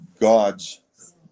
God's